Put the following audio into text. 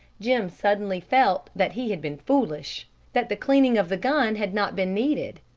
jim suddenly felt that he had been foolish that the cleaning of the gun had not been needed.